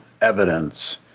Evidence